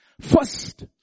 First